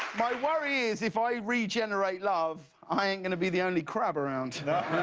my worry is if i regenerate love, i ain't going to be the only crab around.